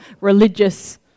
religious